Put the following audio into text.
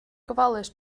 gofalus